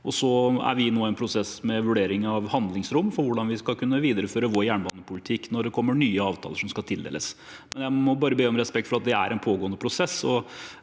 vi nå i en prosess med vurdering av handlingsrom på hvordan vi skal kunne videreføre vår jernbanepolitikk når det kommer nye avtaler som skal tildeles. Men jeg må bare be om respekt for at det er en pågående prosess.